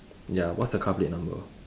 ya what's the car plate number